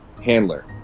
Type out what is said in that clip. handler